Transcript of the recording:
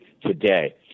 today